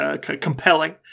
compelling